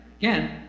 Again